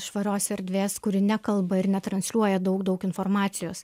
švarios erdvės kuri nekalba ir netransliuoja daug daug informacijos